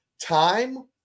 time